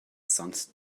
sonst